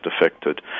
affected